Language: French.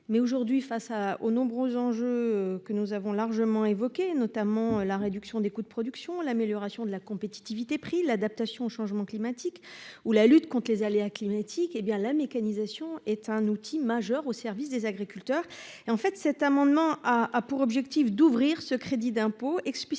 Mais aujourd'hui, face aux nombreux enjeux que nous avons largement évoqué notamment la réduction des coûts de production, l'amélioration de la compétitivité prix l'adaptation au changement climatique ou la lutte contre les aléas climatiques. Eh bien la mécanisation est un outil majeur au service des agriculteurs et en fait, cet amendement a pour objectif d'ouvrir ce crédit d'impôt explicitement